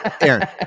Aaron